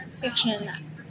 fiction